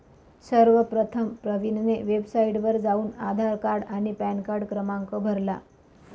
सर्वप्रथम प्रवीणने वेबसाइटवर जाऊन आधार कार्ड आणि पॅनकार्ड क्रमांक भरला